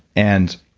and,